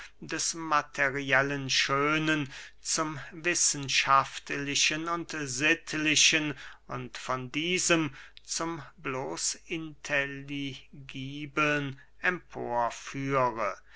des materiellen schönen zum wissenschaftlichen und sittlichen und von diesem zum bloß intelligibeln